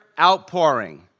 outpouring